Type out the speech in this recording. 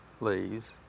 leaves